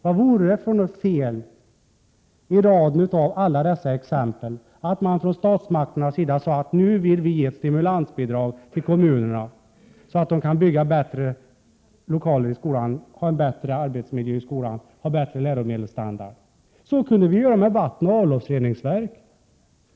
Vad är det för fel i att man från statsmakternas sida säger att man vill ge ett stimulansbidrag till kommunerna, så att de kan bygga bättre skollokaler, få en bättre arbetsmiljö och bättre läromedelsstandard i skolan. Så kunde vi ju göra med vattenoch avloppsreningsverk.